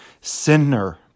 sinner